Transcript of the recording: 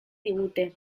digute